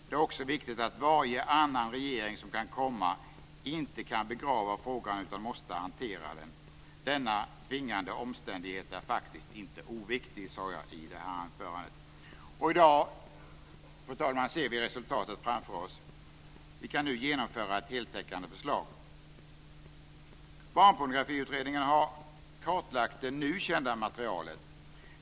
Det är också viktigt att varje annan regering som kan komma, inte kan begrava frågan utan måste hantera den. Denna tvingande omständighet är faktiskt inte oviktig." I dag, fru talman, ser vi resultatet framför oss. Vi kan nu genomföra ett heltäckande förslag. Barnpornografiutredningen har kartlagt det nu kända materialet.